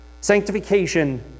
Sanctification